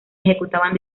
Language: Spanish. ejecutaban